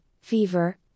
fever